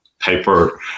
Paper